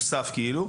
נוסף כאילו.